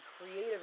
creative